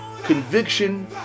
conviction